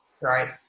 Right